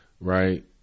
right